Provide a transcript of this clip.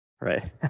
Right